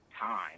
time